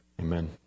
Amen